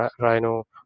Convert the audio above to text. Rhino